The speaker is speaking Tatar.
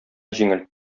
җиңел